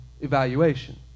evaluation